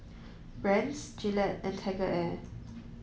Brand's Gillette and TigerAir